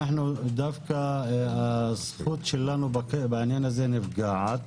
דווקא הזכות שלנו בעניין הזה נפגעת.